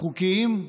חוקיים.